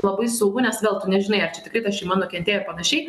labai saugu nes vėl tu nežinai ar čia tikrai ta šeima nukentėjo ir panašiai